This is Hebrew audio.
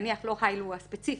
נניח לא היילו הספציפי,